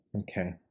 okay